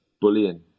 bullying